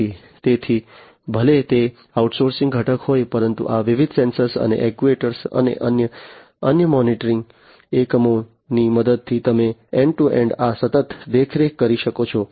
તેથી ભલે તે આઉટસોર્સ ઘટક હોય પરંતુ આ વિવિધ સેન્સર્સ અને એક્ટ્યુએટર્સ અને અન્ય અન્ય મોનિટરિંગ એકમોની મદદથી તમે એન્ડ ટુ એન્ડ આ સતત દેખરેખ કરી શકો છો